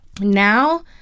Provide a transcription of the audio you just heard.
Now